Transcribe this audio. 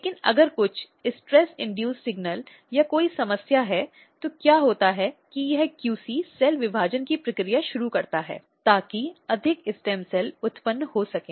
लेकिन अगर कुछ तनाव प्रेरित संकेत या कोई समस्या है तो क्या होता है कि यह QC सेल विभाजन की प्रक्रिया शुरू करता है ताकि अधिक स्टेम सेल उत्पन्न हो सके